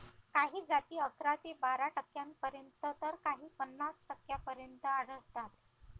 काही जाती अकरा ते बारा टक्क्यांपर्यंत तर काही पन्नास टक्क्यांपर्यंत आढळतात